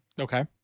Okay